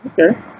Okay